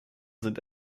sind